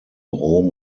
rom